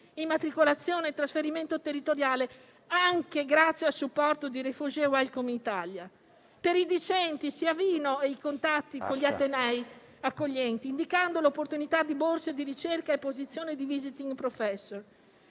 immatricolazione e trasferimento territoriale, anche grazie al supporto di Refugee Welcome Italia. Per i docenti si avviino i contatti con gli atenei accoglienti, indicando l'opportunità di borse di ricerca e posizioni di *visiting professor*.